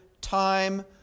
time